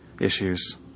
issues